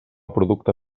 producte